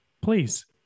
please